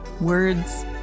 words